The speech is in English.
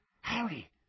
Harry